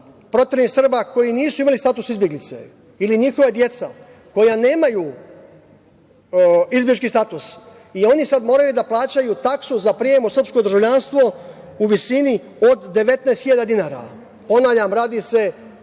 proteranih Srba koji nisu imali status izbeglice ili njihova deca koja nemaju izbeglički status i oni sad moraju da plaćaju taksu za prijem u srpsko državljanstvo u visini od 19.000 dinara. Ponavljam radi se